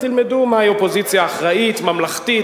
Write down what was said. תלמדו מהי אופוזיציה אחראית, ממלכתית,